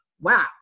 wow